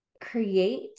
create